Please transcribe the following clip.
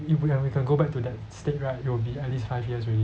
if we can we can go back to that state right it would be at least five years already